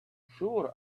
sure